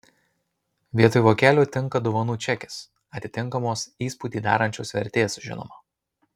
vietoj vokelio tinka dovanų čekis atitinkamos įspūdį darančios vertės žinoma